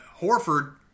Horford